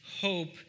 hope